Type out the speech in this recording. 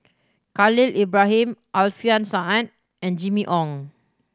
Khalil Ibrahim Alfian Sa'at and Jimmy Ong